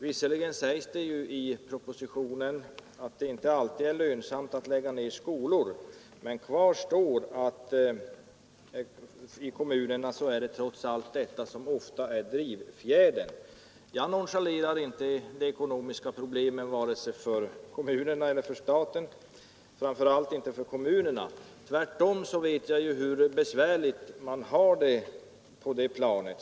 Visserligen sägs det i propositionen att det inte alltid är lönsamt att lägga ner skolor, men kvar står att den ekonomiska aspekten trots allt ofta är drivfjädern i kommunerna. Jag nonchalerar inte de ekonomiska problemen vare sig för kommunerna eller för staten, framför allt inte för kommunerna. Tvärtom vet jag hur besvärligt man har det på det planet.